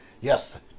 Yes